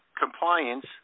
compliance